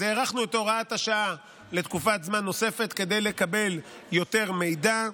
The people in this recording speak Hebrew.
אז הארכנו את הוראת השעה לתקופת זמן נוספת כדי לקבל יותר מידע.